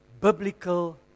biblical